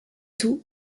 tout